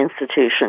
institution